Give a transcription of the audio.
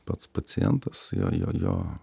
pats pacientas jo jo jo